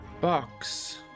Box